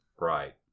Right